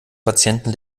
patienten